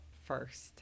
first